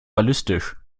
ballistisch